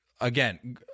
again